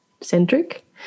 centric